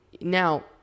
Now